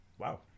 Wow